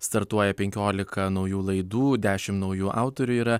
startuoja penkiolika naujų laidų dešim naujų autorių yra